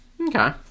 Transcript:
okay